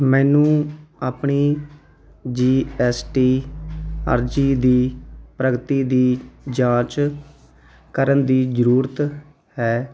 ਮੈਨੂੰ ਆਪਣੀ G S T ਅਰਜ਼ੀ ਦੀ ਪ੍ਰਗਤੀ ਦੀ ਜਾਂਚ ਕਰਨ ਦੀ ਜ਼ਰੂਰਤ ਹੈ